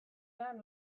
man